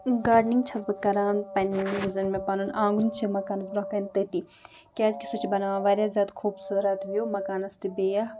gardening چھَس بہٕ کَران پنٛنہِ یُس زَن مےٚ پَنُن آنٛگُن چھِ مَکانَس برٛونٛہہ کَنۍ تٔتی کیٛازکہِ سُہ چھِ بَناوان واریاہ زیادٕ خوٗبصوٗرَت وِو مَکانَس تہِ بیٚیہِ